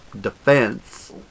Defense